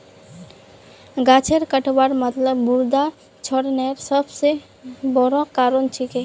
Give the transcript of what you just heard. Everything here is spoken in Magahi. गाछेर कटवार मतलब मृदा क्षरनेर सबस बोरो कारण छिके